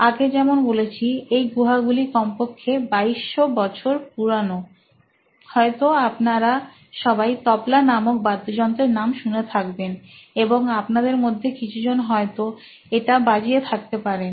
আগে যেমন বলেছি এই গুহাগুলি কমপক্ষে 2200 বছরের পুরনো হয়তো আপনারা সবাই তবলা নামক বাদ্যযন্ত্রের নাম শুনে থাকবেন এবং আপনাদের মধ্যে কিছুজন হয়তো এটা বাজিয়ে থাকতে পারেন